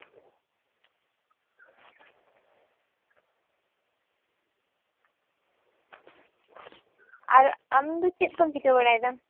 ᱟᱨ ᱟᱢ ᱫᱚ ᱪᱮᱫ ᱠᱚᱢ ᱪᱤᱠᱟᱹ ᱵᱟᱲᱟᱭᱮᱫᱟ